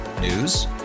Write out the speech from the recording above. News